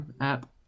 app